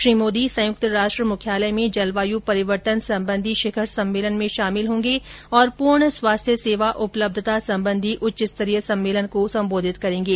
श्री मोदी संयुक्त राष्ट्र मुख्यालय में जलवायू परिवर्तन संबंधी शिखर सम्मेलन में शामिल होंगे और पूर्ण स्वास्थ्य सेवा उपलब्धता संबंधी उच्चस्तरीय सम्मेलन को संबोधित करेंगे